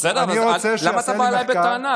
בסדר, אבל למה אתה בא אליי בטענה?